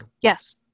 Yes